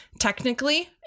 technically